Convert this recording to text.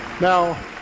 Now